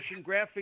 graphics